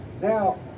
Now